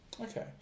Okay